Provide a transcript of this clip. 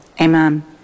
Amen